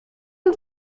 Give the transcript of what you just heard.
und